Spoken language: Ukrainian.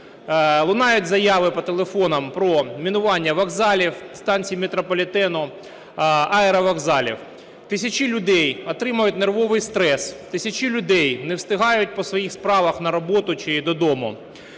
Лунають заяви по телефонах про мінування вокзалів, станцій метрополітену, аеровокзалів. Тисячі людей отримують нервовий стрес. Тисячі людей не встигають по своїх справах на роботу чи додому.